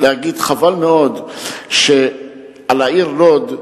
לומר: חבל מאוד על העיר לוד,